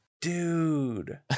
dude